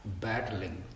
battling